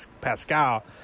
pascal